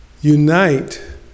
unite